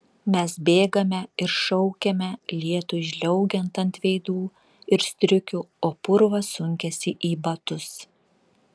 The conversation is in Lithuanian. mes bėgame ir šaukiame lietui žliaugiant ant veidų ir striukių o purvas sunkiasi į batus